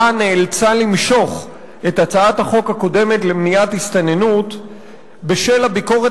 נאלצה למשוך את הצעת החוק הקודמת למניעת הסתננות בשל הביקורת